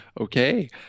okay